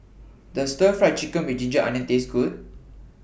Does Stir Fried Chicken with Ginger Onions Taste Good